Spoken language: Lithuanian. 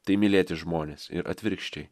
tai mylėti žmones ir atvirkščiai